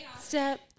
Step